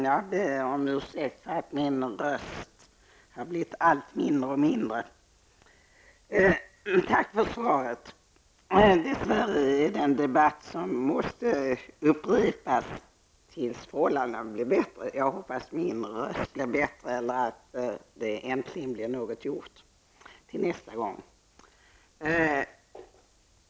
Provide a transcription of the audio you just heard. Herr talman! Jag ber om ursäkt att min röst har blivit allt mindre. Tack för svaret. Dess värre är det här en debatt som måste upprepas tills förhållandena blir bättre. Jag hoppas att min röst blir bättre och att äntligen någonting blir gjort till nästa gång.